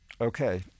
okay